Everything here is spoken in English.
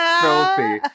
filthy